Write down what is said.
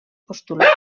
postulats